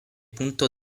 punto